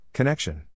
Connection